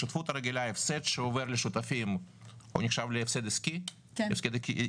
בשותפות הרגילה הפסד שעובר לשותפים נחשב להפסד עסקי שוטף,